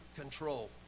control